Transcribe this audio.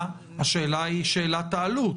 השאלה היא שאלת העלות.